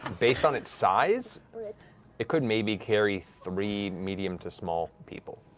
based on its size, it could maybe carry three medium to small people.